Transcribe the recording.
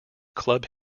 club